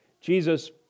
Jesus